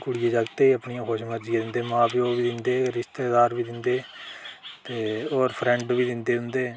कुड़िये जागते ई अपनिया खुश मर्जिया दिंदे मां प्यो दिंदे रिस्ते दार बी दिंदे ते होर फ्रैंड बी दिंदे